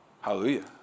Hallelujah